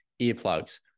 earplugs